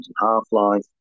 half-life